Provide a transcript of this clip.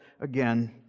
again